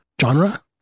genre